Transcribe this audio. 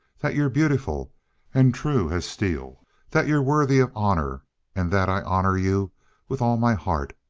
that you're beautiful and true as steel that you're worthy of honor and that i honor you with all my heart.